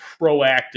proactive